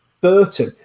Burton